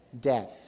death